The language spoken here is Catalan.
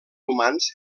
humans